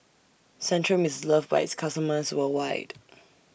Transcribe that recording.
Centrum IS loved By its customers worldwide